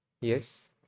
Yes